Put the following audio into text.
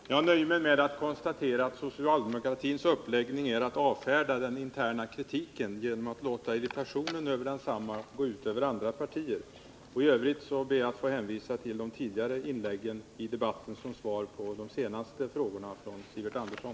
Herr talman! Jag nöjer mig med att konstatera att socialdemokratins uppläggning är att avfärda den interna kritiken genom att låta irritationen över densamma gå ut över andra partier. IT övrigt ber jag att få hänvisa till de tidigare inläggen i debatten som svar på Sivert Anderssons senaste frågor.